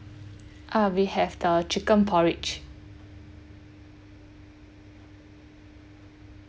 uh we have the chicken porridge